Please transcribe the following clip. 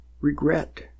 regret